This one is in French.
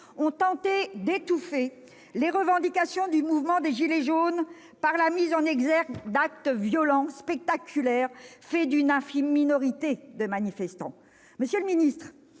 ont tenté d'étouffer les revendications du mouvement des « gilets jaunes » par la mise en exergue d'actes violents, spectaculaires, qui sont le fait d'une infime minorité de manifestants. Monsieur le ministre,